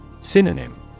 Synonym